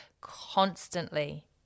constantly